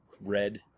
red